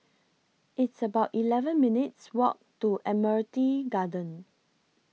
It's about eleven minutes' Walk to Admiralty Garden